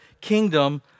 kingdom